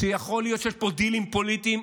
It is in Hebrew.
שיכול להיות שיש פה דילים פוליטיים,